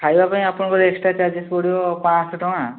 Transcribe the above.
ଖାଇବା ପାଇଁ ଆପଣଙ୍କର ଏକ୍ସଟ୍ରା ଚାର୍ଜସ୍ ପଡ଼ିବ ପାଞ୍ଚଶହ ଟଙ୍କା